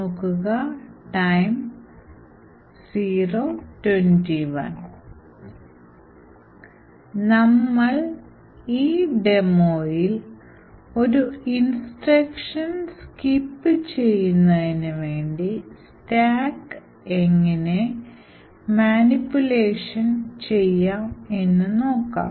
നമ്മൾ ഈ ഡെമോ യിൽ ഒരു ഇൻസ്ട്രക്ഷൻ സ്കിപ്പ് ചെയ്യുന്നതിനു വേണ്ടി stack എങ്ങനെ മാനിപുലേഷൻ ചെയ്യാം എന്ന് നോക്കാം